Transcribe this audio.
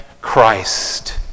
Christ